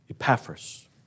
Epaphras